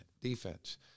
defense